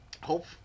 hope